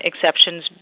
exceptions